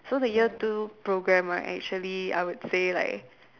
so the year two program right actually I would say like